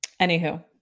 Anywho